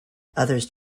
others